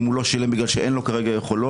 אם הוא לא שילם כי בגלל שאין לו כרגע יכולות.